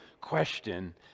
question